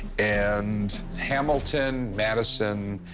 and hamilton, madison,